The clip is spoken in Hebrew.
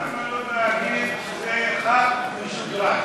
למה לא להגיד: זה ח"כ משודרג?